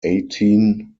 eighteen